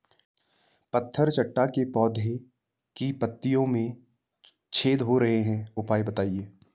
पत्थर चट्टा के पौधें की पत्तियों में छेद हो रहे हैं उपाय बताएं?